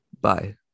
Bye